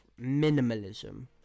minimalism